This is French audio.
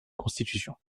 constitution